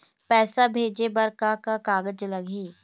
पैसा भेजे बर का का कागज लगही?